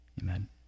Amen